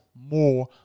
More